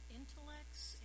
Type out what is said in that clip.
intellects